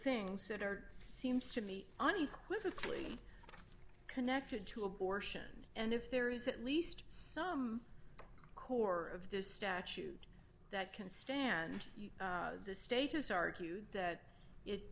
things that are seems to me unequivocally connected to abortion and if there is at least some core of this statute that can stand the status argued that it